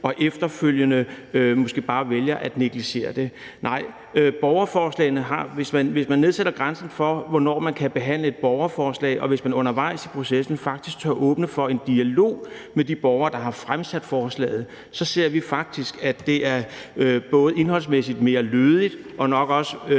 man efterfølgende bare vælger at negligere det. Nej, hvis man nedsætter grænsen for, hvornår man kan behandle et borgerforslag, og hvis man undervejs i processen faktisk tør åbne for en dialog med de borgere, der har fremsat forslaget, så ser vi faktisk, at det både indholdsmæssigt er mere lødigt, og at det